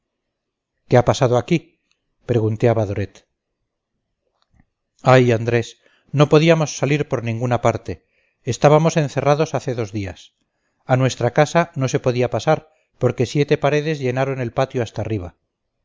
qué ha pasado aquí pregunté a badoret ay andrés no podíamos salir por ninguna parte estábamos encerrados hace dos días a nuestra casa no se podía pasar porque siete paredes llenaron el patio hasta arriba